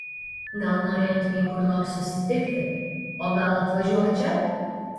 gal norėtumei kur nors susitikti o gal atvažiuok čia